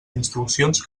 instruccions